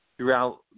throughout